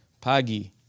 pagi